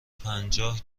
پنجاه